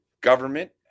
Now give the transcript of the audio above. government